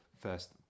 First